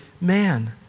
man